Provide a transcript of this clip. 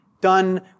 done